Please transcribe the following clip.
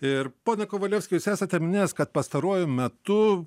ir pone kovalevski jūs esate minėjęs kad pastaruoju metu